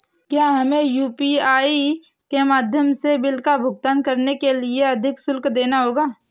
क्या हमें यू.पी.आई के माध्यम से बिल का भुगतान करने के लिए अधिक शुल्क देना होगा?